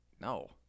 No